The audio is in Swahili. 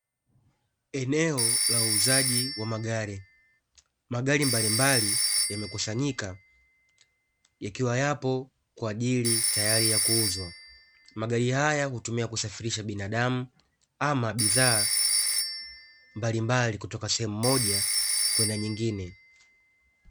Eneo la uuzaji wa magari, magari mbalimbali yamekusanyika yakiwa yapo kwa ajili tayari ya kuuzwa. Magari haya hutumika kusafirisha binadamu ama bidhaa mbalimbali, kutoka sehemu moja kwenda nyingine.